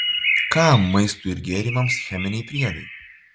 kam maistui ir gėrimams cheminiai priedai